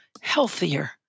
healthier